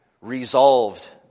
Resolved